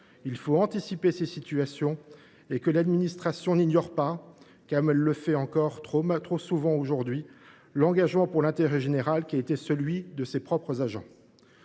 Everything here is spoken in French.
Il faut anticiper ces situations. L’administration ne peut ignorer, comme elle le fait encore trop souvent aujourd’hui, l’engagement pour l’intérêt général qui a été celui de ses propres agents.